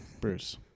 Bruce